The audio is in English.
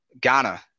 Ghana